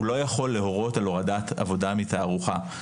הוא לא יכול להורות על הורדת עבודה מתערוכה,